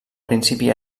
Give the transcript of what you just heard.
principi